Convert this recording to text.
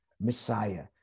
Messiah